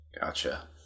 Gotcha